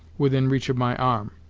within reach of my arm.